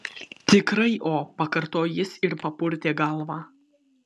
tikrai o pakartojo jis ir papurtė galvą